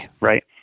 right